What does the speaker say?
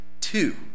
two